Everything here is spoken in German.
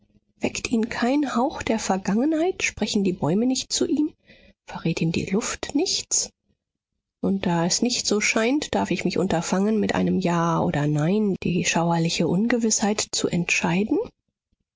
weckt ihn kein hauch der vergangenheit sprechen die bäume nicht zu ihm verrät ihm die luft nichts und da es nicht so scheint darf ich mich unterfangen mit einem ja oder nein die schauerliche ungewißheit zu entscheiden